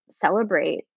celebrate